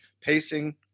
pacing